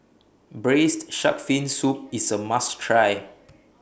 Braised Shark Fin Soup IS A must Try